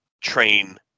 train